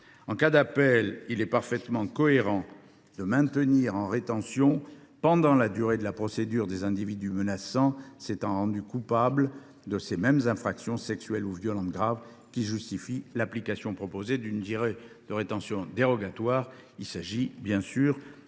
En cas d’appel, il est parfaitement cohérent de maintenir en rétention, pendant la durée de la procédure, les individus menaçants s’étant rendus coupables de ces mêmes infractions sexuelles ou violentes graves qui justifient l’application proposée d’une durée de rétention dérogatoire. C’est l’article 2 de